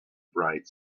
bright